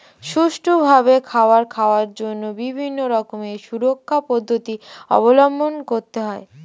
সুষ্ঠুভাবে খাবার খাওয়ার জন্য বিভিন্ন রকমের সুরক্ষা পদ্ধতি অবলম্বন করতে হয়